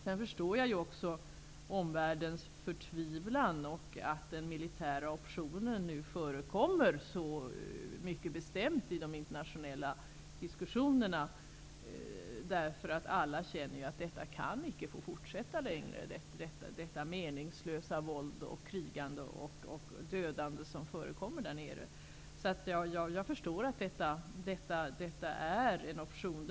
Jag förstår också att omvärlden är förtvivlad och att den militära optionen nu förekommer mycket bestämt i de internationella diskussionerna därför att alla känner att detta meningslösa våld, detta krigande och dödande som förekommer där nere inte kan få fortsätta längre. Jag förstår därför att detta är en option.